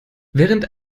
während